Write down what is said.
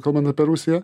kalbant apie rusiją